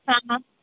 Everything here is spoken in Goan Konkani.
सांगा